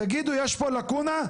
תגידו יש פה לקונה.